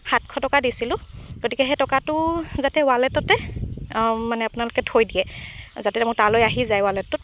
সাতশ টকা দিছিলোঁ গতিকে সেই টকাটোও যাতে ৱালেটতে মানে আপোনালোকে থৈ দিয়ে যাতে মোৰ তালৈ আহি যায় ৱালেটোত